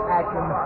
action